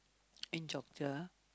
in Yogya